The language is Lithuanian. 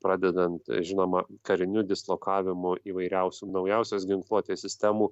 pradedant žinoma kariniu dislokavimu įvairiausių naujausios ginkluotės sistemų